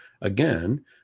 again